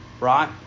right